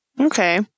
Okay